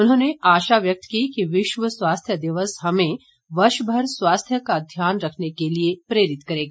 उन्होंने आशा व्यक्त की कि विश्व स्वास्थ्य दिवस हमें वर्ष भर स्वास्थ्य का ध्याान रखने के लिए प्रेरित करेगा